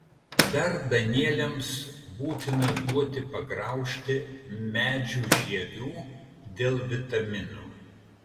dar danieliams būtina duoti pagraužti medžių žievių dėl vitaminų